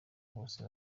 bose